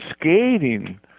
skating